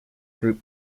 group